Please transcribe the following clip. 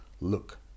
look